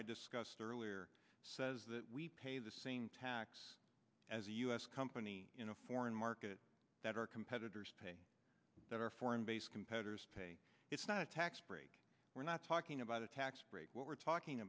i discussed earlier says that we pay the same tax as a u s company in a foreign market that our competitors pay that are foreign based competitors it's not a tax break we're not talking about a tax break what we're talking